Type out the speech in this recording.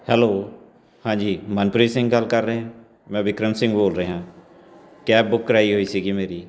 hello ਹਾਂਜੀ ਮਨਪ੍ਰੀਤ ਸਿੰਘ ਗੱਲ ਕਰ ਰਹੇ ਹੈ ਮੈਂ ਵਿਕਰਮ ਸਿੰਘ ਬੋਲ ਰਿਹਾ ਕੈਬ ਬੁੱਕ ਕਰਾਈ ਹੋਈ ਸੀਗੀ ਮੇਰੀ